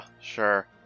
sure